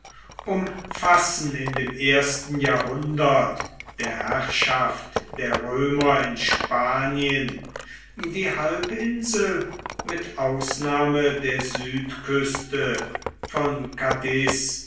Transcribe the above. umfassen in dem ersten jahrhundert der herrschaft der römer in spanien die halbinsel mit ausnahme der südküste von cadiz